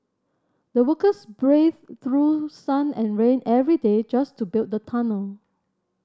the workers braved through sun and rain every day just to build the tunnel